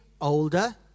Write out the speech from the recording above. older